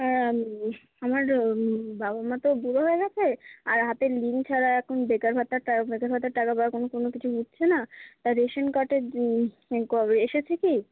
হ্যাঁ আমার বাবা মা তো বুড়ো হয়ে গেছে আর হাতের লিঙ্ক ছাড়া এখন বেকার ভাতাটা বেকার ভাতার টাকা বা কোনো কোনো কিছুই উঠছে না তাই রেশন কার্ডের মানে কবে এসেছে কি